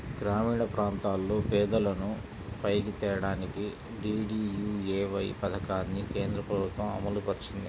గ్రామీణప్రాంతాల్లో పేదలను పైకి తేడానికి డీడీయూఏవై పథకాన్ని కేంద్రప్రభుత్వం అమలుపరిచింది